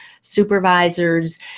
supervisors